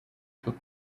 took